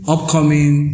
Upcoming